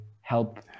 help